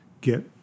get